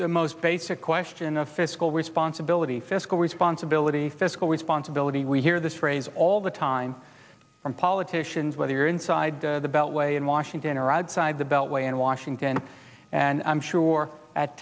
the most basic question of fiscal responsibility fiscal responsibility fiscal responsibility we hear this phrase all the time from politicians whether you're inside the beltway in washington or odd side the beltway in washington and i'm sure at